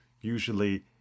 usually